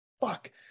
fuck